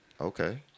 okay